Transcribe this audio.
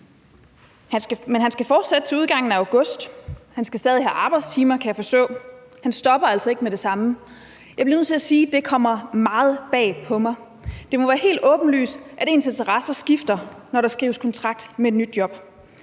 men han skal fortsætte til udgangen af august, og han skal stadig have arbejdstimer, kan jeg forstå, så han stopper altså ikke med det samme. Jeg bliver nødt til at sige, at det kommer meget bag på mig. Det må være helt åbenlyst, at ens interesser skifter, når der skrives kontrakt i forbindelse